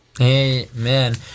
Amen